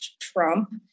Trump